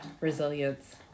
resilience